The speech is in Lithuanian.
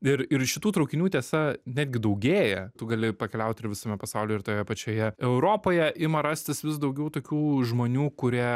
ir ir šitų traukinių tiesa netgi daugėja tu gali pakeliauti ir visame pasaulyje ir toje pačioje europoje ima rastis vis daugiau tokių žmonių kurie